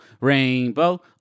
rainbow